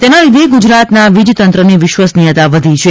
તેના લીધે ગુજરાતના વીજ તંત્રની વિશ્વસનીયતા વધી છે